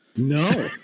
No